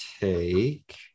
take